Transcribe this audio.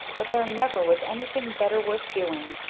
but there never was anything better worth doing.